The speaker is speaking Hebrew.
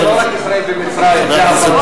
שלום זה לא רק ישראל ומצרים, זה הפלסטינים.